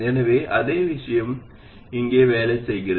எனவே அதே விஷயம் இங்கே வேலை செய்கிறது